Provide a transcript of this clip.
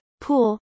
Pool